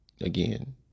again